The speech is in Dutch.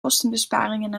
kostenbesparingen